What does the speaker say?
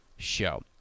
show